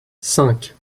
cinq